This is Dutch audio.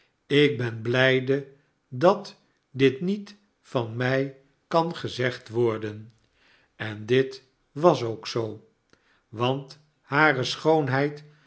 ik ben blijde dat dit niet vanmijkan gezegd worden en dit was ook zoo want hare schoonheid